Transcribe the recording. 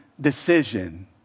decision